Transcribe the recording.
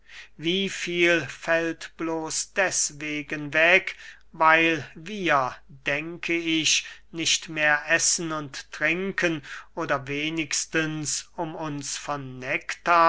wie viel fällt bloß deswegen weg weil wir denke ich nicht mehr essen und trinken oder wenigstens um uns